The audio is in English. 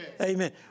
Amen